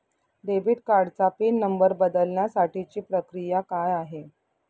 Debit कार्डचा pin number बदलण्यासाठीची प्रक्रिया काय आहे?